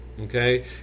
Okay